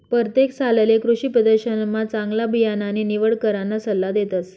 परतेक सालले कृषीप्रदर्शनमा चांगला बियाणानी निवड कराना सल्ला देतस